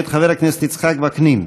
מאת חבר הכנסת יצחק וקנין: